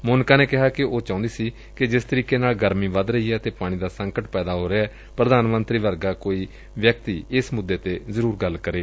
ਸੋਨਿਕਾ ਨੇ ਕਿਹਾ ਕਿ ਉਹ ਚਾਹੂੰਦੀ ਸੀ ਕਿ ਜਿਸ ਤਰੀਕੇ ਨਾਲ ਗਰਮੀ ਵੱਧ ਰਹੀ ਏ ਅਤੇ ਪਾਣੀ ਦਾ ਸੰਕਟ ਪੈਦਾ ਹੋ ਰਿਹੈ ਪ੍ਰਧਾਨ ਮੰਤਰੀ ਵਰਗਾ ਕੋਈ ਵਿਅਕਤੀ ਇਸ ਮੁੱਦੇ ਤੇ ਗੱਲ ਕਰੇ